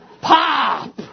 pop